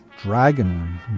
Dragon